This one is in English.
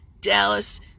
Dallas